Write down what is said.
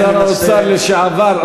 אדוני שר האוצר לשעבר,